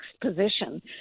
position